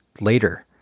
later